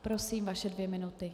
Prosím, vaše dvě minuty.